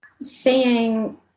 seeing